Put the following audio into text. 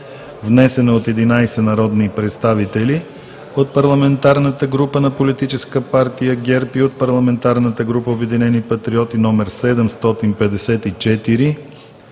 внесен е от 11 народни представители от парламентарната група на Политическа партия ГЕРБ и от парламентарната група „Обединени